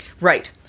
Right